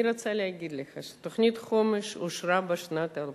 אני רוצה להגיד לך שתוכנית החומש אושרה ב-2008,